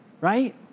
right